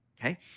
okay